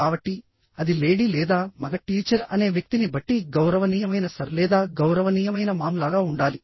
కాబట్టి అది లేడీ లేదా మగ టీచర్ అనే వ్యక్తిని బట్టి గౌరవనీయమైన సర్ లేదా గౌరవనీయమైన మామ్ లాగా ఉండాలి